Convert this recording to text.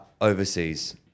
overseas